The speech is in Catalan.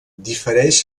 difereix